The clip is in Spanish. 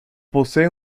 posee